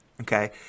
Okay